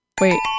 Wait